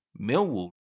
Millwall